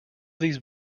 these